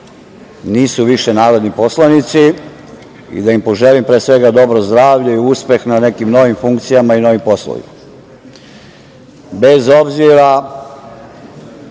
nisu više narodni poslanici i da im poželim pre svega dobro zdravlje i uspeh na nekim novim funkcijama i novim poslovima. Bez obzira